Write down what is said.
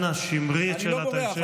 אנא שמרי את שאלת ההמשך להמשך.